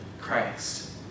Christ